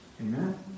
Amen